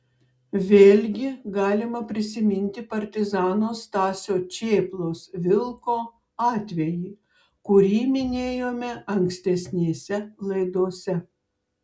vėlgi galima prisiminti partizano stasio čėplos vilko atvejį kurį minėjome ankstesnėse laidose